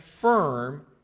firm